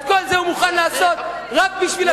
את כל זה הוא מוכן לעשות רק בשביל הכיסא,